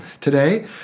today